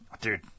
dude